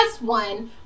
one